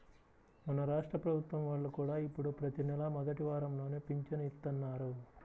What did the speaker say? మన రాష్ట్ర ప్రభుత్వం వాళ్ళు కూడా ఇప్పుడు ప్రతి నెలా మొదటి వారంలోనే పింఛను ఇత్తన్నారు